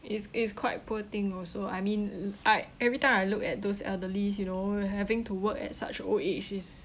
is is quite poor thing also I mean I every time I look at those elderlies you know having to work at such old age is